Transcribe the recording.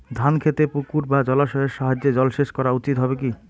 ধান খেতে পুকুর বা জলাশয়ের সাহায্যে জলসেচ করা উচিৎ হবে কি?